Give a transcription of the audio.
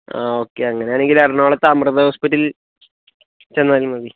ആ ഓക്കെ അങ്ങനെയാണെങ്കിൽ എറണാകുളത്ത് അമൃത ഹോസ്പിറ്റലിൽ ചെന്നാലും മതി